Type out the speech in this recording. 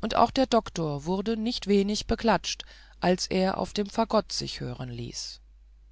und auch der doktor wurde nicht wenig beklatscht als er auf dem fagott sich hören ließ